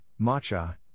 matcha